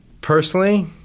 personally